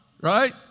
right